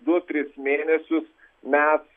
du tris mėnesius mes